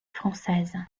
française